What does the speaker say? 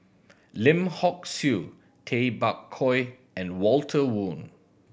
Lim Hock Siew Tay Bak Koi and Walter Woon